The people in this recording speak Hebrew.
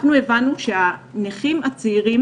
אנחנו הבנו שהנכים הצעירים